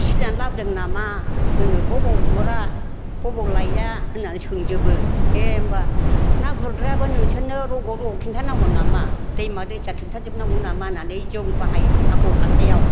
फिसिनानै लाबोदों नामा होनो बबेयाव गुरा बबेयाव लायया होन्नानै सोंजोबो ए होनबा ना गुरग्रायाबो नोंसोरनो रग' रग' खिन्थानांगौ नामा दैमा दैसा खिन्थाजोबनांगौ नामा होननानै जों बाहायो खोथाखौ हाथायाव